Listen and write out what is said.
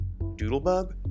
Doodlebug